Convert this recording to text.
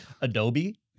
Adobe